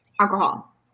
alcohol